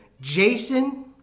Jason